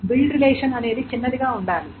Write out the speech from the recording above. build relation అనేది చిన్నదిగా ఉండాలి